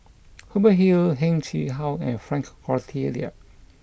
Hubert Hill Heng Chee How and Frank Cloutier